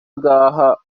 ngaha